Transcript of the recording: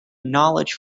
knowledge